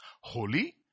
holy